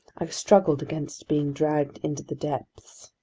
i struggled against being dragged into the depths.